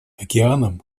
океаном